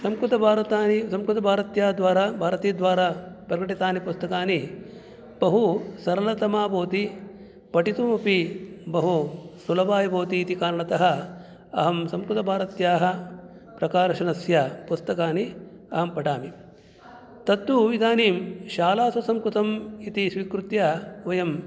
संस्कृतभारती संस्कृतभारती द्वारा भारती द्वारा प्रकटितानि पुस्तकानि बहुसरलतमा भवति पठितुमपि बहुसुलभाय भवति इति कारणतः अहं संस्कुतभारत्याः प्रकाशनस्य पुस्तकानि अहं पठामि तत्तु इदानीं शालासु संस्कृतम् इति स्वीकृत्य वयं